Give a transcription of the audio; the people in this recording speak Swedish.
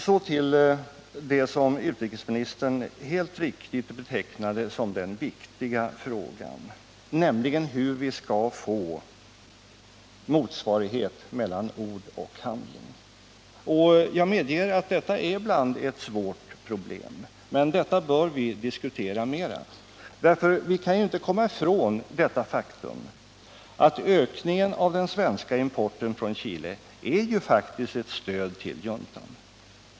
Så till det som utrikesministern helt riktigt betecknade som den viktiga frågan, nämligen hur vi skall få motsvarighet mellan ord och handling. Jag medger att detta ibland är ett svårt problem. Vi bör emellertid diskutera det mera, därför att vi kan inte komma ifrån det faktum att ökningen av den svenska importen från Chile faktiskt är ett stöd till juntan.